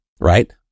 right